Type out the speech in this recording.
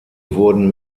wurden